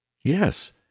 Yes